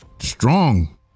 strong